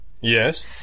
Yes